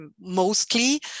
mostly